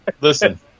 Listen